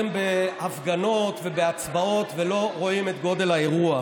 אבל מתאהבים בהפגנות ובהצבעות ולא רואים את גודל האירוע.